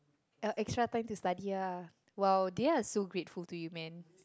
extra time to study lah well they are so grateful to you man